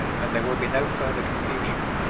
and there will be no further confusion.